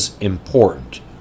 important